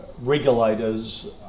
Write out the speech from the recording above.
regulators